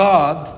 God